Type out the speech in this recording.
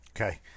okay